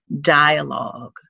dialogue